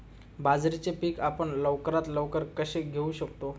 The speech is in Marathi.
बाजरीचे पीक आपण लवकरात लवकर कसे घेऊ शकतो?